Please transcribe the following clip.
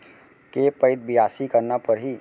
के पइत बियासी करना परहि?